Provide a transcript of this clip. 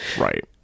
Right